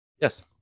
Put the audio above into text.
Yes